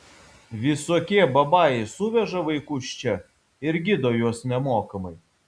visokie babajai suveža vaikus čia ir gydo juos nemokamai